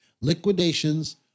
Liquidations